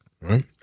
Right